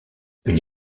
une